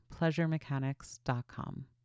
PleasureMechanics.com